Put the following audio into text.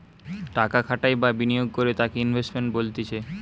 টাকা খাটাই বা বিনিয়োগ করে তাকে ইনভেস্টমেন্ট বলতিছে